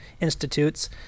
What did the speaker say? institutes